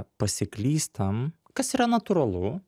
pasiklystam kas yra natūralu